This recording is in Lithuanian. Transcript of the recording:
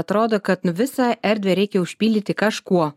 atrodo kad nu visą erdvę reikia užpildyti kažkuo